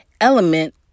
element